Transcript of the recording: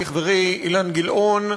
חברי אילן גילאון.